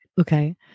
Okay